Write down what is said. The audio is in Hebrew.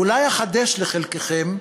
אולי אחדש לחלקכם,